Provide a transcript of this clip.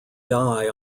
die